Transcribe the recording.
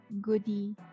goody